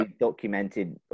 documented